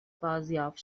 بازیافت